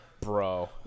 bro